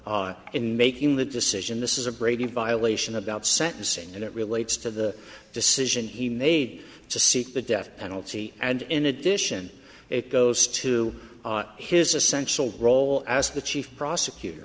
role in making the decision this is a brady violation about sentencing and it relates to the decision he made to seek the death penalty and in addition it goes to his essential role as the chief prosecutor